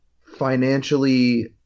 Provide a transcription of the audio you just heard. financially